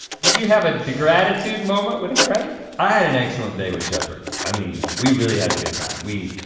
did you have a da-gratitude moment with a crepe? i had an excellent day with shepherd, i mean, we really had a good time. we